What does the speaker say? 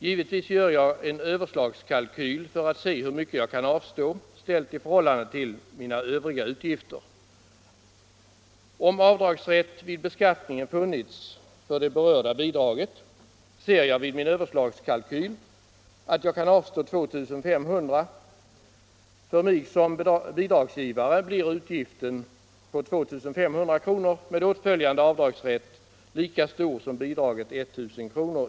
Givetvis gör jag en överslagskalkyl för att se hur mycket jag kan avstå ställt i förhållande till mina övriga utgifter. Om avdragsrätt vid beskattningen funnits för det berörda bidraget ser jag vid en överslagskalkyl att jag kan avstå 2500 kr. För mig som bidragsgivare blir utgiften på 2 500 kr. med åtföljande avdragsrätt lika stor som bidraget 1000 kr.